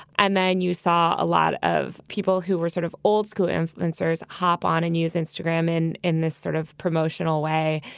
and then you saw a lot of people who were sort of old-school influencers hop on and use instagram in in this sort of promotional way.